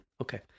okay